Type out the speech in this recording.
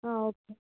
ஆ okay